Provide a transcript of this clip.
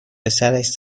پسرش